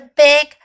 big